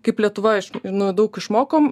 kaip lietuva iš nu daug išmokom